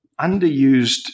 underused